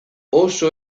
oso